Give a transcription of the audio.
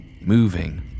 moving